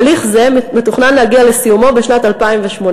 הליך זה מתוכנן להגיע לסיומו בשנת 2018,